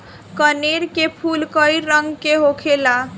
कनेर के फूल कई रंग के होखेला